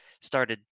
started